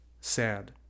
Sad